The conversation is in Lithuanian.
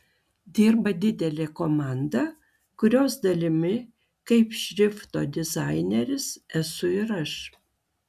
dirba didelė komanda kurios dalimi kaip šrifto dizaineris esu ir aš